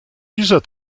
dieser